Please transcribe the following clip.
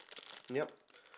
yup